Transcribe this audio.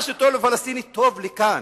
מה שטוב לפלסטיני טוב לכאן,